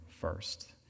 first